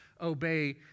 obey